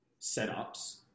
setups